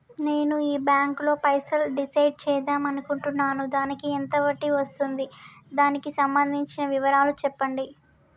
నేను ఈ బ్యాంకులో పైసలు డిసైడ్ చేద్దాం అనుకుంటున్నాను దానికి ఎంత వడ్డీ వస్తుంది దానికి సంబంధించిన వివరాలు చెప్పండి?